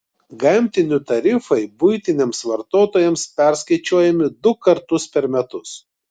gamtinių tarifai buitiniams vartotojams perskaičiuojami du kartus per metus